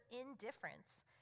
indifference